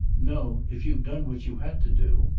no if you've done what you've had to do.